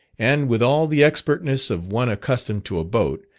and with all the expertness of one accustomed to a boat,